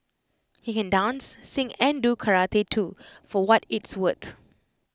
he can dance sing and do karate too for what it's worth